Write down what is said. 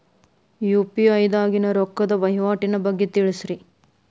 UPI ದಾಗಿನ ರೊಕ್ಕದ ವಹಿವಾಟಿನ ಬಗ್ಗೆ ತಿಳಸ್ರಿ